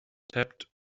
taped